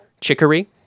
chicory